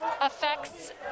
affects